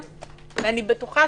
--- נכון.